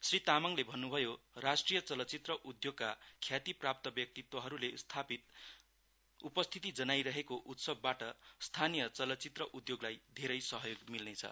श्री तामाङले भन्नभयो राष्ट्रिय चलचित्र उद्घोगका ख्यातिप्राप्त व्यक्तित्वहरुले उपस्थिति जनाइरहेको उत्सवबाट स्थानीय चलचित्र उद्धोगलाई धेरै सहयोग मिल्नेछ